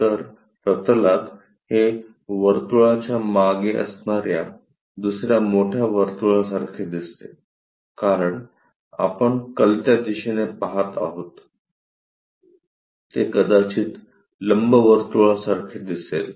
तर प्रतलात ते वर्तुळाच्या मागे असणाऱ्या दुसऱ्या मोठ्या वर्तुळासारखे दिसते कारण आपण कलत्या दिशेने पाहत आहोत ते कदाचित लंबवर्तुळासारखे दिसेल